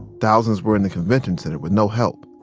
thousands were in the convention center with no help.